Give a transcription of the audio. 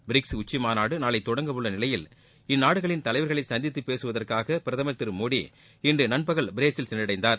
BRICS உச்சிமாநாடு நாளை தொடங்கவுள்ள நிலையில் இந்நாடுகளின் தலைவர்களை சந்தித்து பேசுவதற்காக பிரதமர் மோதி இன்று நண்பகல் பிரேசில் சென்றடைந்தார்